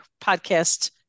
podcast